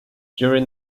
during